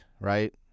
right